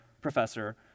professor